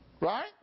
Right